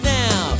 now